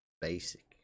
basic